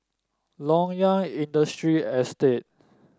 Loyang Industry Estate